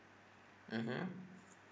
mmhmm